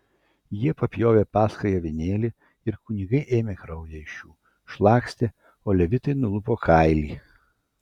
jie papjovė paschai avinėlį ir kunigai ėmė kraują iš jų šlakstė o levitai nulupo kailį